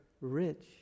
rich